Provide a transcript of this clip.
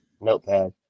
Notepad